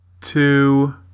two